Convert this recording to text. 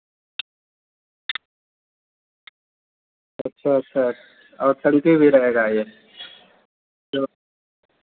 अच्छा अच्छा और टंकी भी रहेगा यह